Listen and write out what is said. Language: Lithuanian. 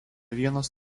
vienas